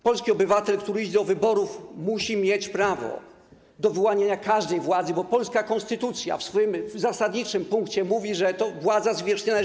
Polski obywatel, który idzie na wybory, musi mieć prawo do wyłaniania każdej władzy, bo polska konstytucja w swoim zasadniczym punkcie stanowi, że władza zwierzchnia należy.